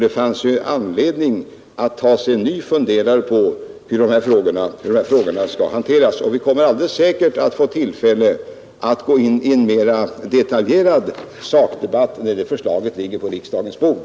Det finns anledning att ta sig en ny funderare på hur dessa problem skall hanteras, och vi kommer alldeles säkert att få tillfälle att gå in i en mera detaljerad sakdebatt när förslaget ligger på riksdagens bord.